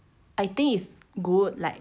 I think is good like